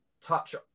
touch